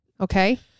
Okay